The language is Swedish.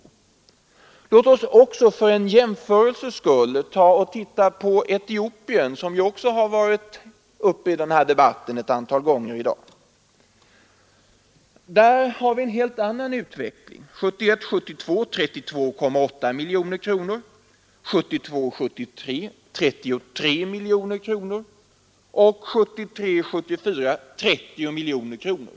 Det statliga utveck Låt oss också för jämförelsens skull titta på Etiopien, som har nämnts = lingsbiståndet ett antal gånger i debatten i dag. Där har utvecklingen varit en helt annan. Det landet fick 1971 73 33 miljoner kronor. 1973/74 får landet 30 miljoner kronor.